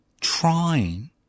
Trying